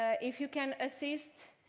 ah if you can assist.